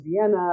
Vienna